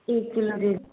एक किलो दे